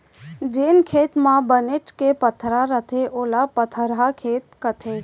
जेन खेत म बनेच के पथरा रथे ओला पथरहा खेत कथें